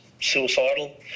suicidal